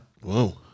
Whoa